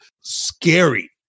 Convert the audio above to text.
scary